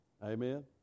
Amen